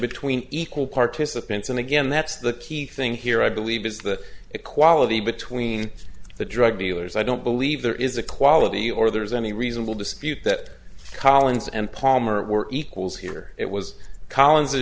between equal participants and again that's the key thing here i believe is the equality between the drug dealers i don't believe there is a quality or there's any reasonable dispute that collins and palmer were equals here it was collins a